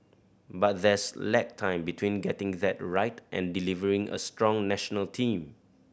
but there's lag time between getting that right and delivering a strong national team